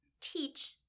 teach